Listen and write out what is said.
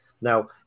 Now